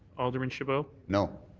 alderman chabot? no.